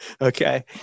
Okay